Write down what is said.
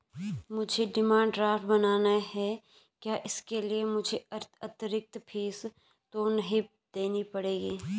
मुझे demand draft बनाना है क्या इसके लिए मुझे अतिरिक्त फीस तो नहीं देनी पड़ेगी?